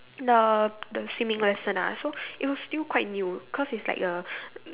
the the swimming lesson ah so it was still quite new cause it's like a